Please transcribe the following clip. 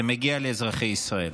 זה מגיע לאזרחי ישראל.